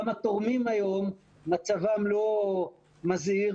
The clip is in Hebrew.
גם התורמים היום מצבם לא מזהיר,